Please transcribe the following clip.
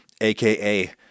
aka